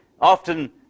often